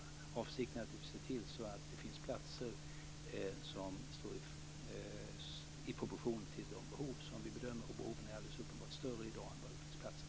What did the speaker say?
Avsikten är naturligtvis att se till att det finns platser som står i proportion till de behov som vi bedömer finns, och behoven är alldeles uppenbart större i dag än antalet platser.